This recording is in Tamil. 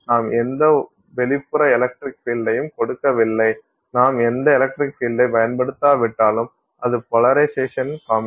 நாம் எந்த வெளிப்புற எலக்ட்ரிக் பீல்டையும் கொடுக்கவில்லை நாம் எந்த எலக்ட்ரிக் பீல்டையும் பயன்படுத்தாவிட்டாலும் அது போலரைசேஷன் காண்பிக்கும்